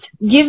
give